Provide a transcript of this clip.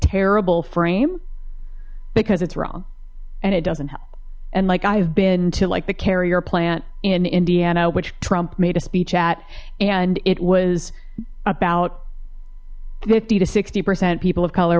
terrible frame because it's wrong and it doesn't help and like i've been to like the carrier plant in indiana which trump made a speech at and it was about fifty to sixty percent people of color